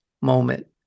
moment